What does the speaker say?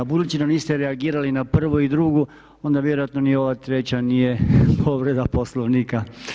Budući da niste reagirali na prvu i drugu onda vjerojatno ni ova treća nije povreda Poslovnika.